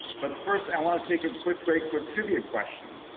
but first i want to take a quick break for trivia question.